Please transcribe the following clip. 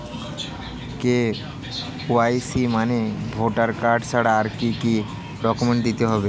KYC মানে voter card ছাড়া আর কি কি ডকুমেন্ট দিতে হবে?